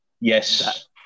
Yes